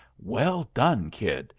well done, kid.